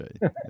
right